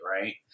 right